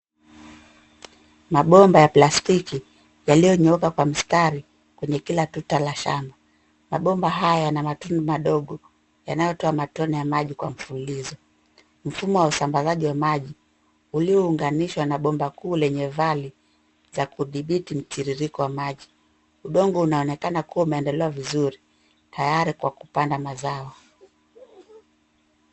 Mabomba ya plastiki yaliyonyooka kwa mstari kwenye kila tuta la shamba ,mabomba haya yana matundu madogo yanayotoa matone ya maji kwa mfululizo. Mfumo wa usambazaji wa maji uliounganishwa na bomba kuu lenye vali za kudhibiti mtiririko wa maji. Udongo unaonekana kuwa umeandaliwa vizuri tayari kwa kupanda mazao.